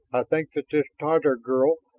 i think that this tatar girl,